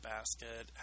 Basket